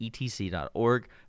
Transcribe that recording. etc.org